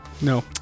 No